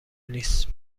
نیست